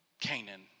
Canaan